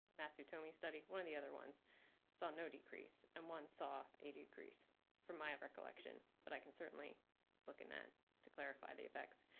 matsutomi study, one of the other ones saw no decrease and one saw a decrease from my recollection. but i can certainly look in that to clarify the effects.